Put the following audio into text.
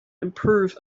improve